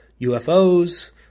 UFOs